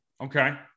Okay